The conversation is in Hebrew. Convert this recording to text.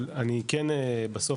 אבל אני כן בסוף,